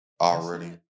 already